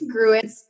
congruence